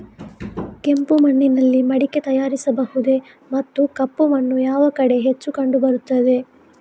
ಕೆಂಪು ಮಣ್ಣಿನಲ್ಲಿ ಮಡಿಕೆ ತಯಾರಿಸಬಹುದೇ ಮತ್ತು ಕಪ್ಪು ಮಣ್ಣು ಯಾವ ಕಡೆ ಹೆಚ್ಚು ಕಂಡುಬರುತ್ತದೆ?